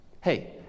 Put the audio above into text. hey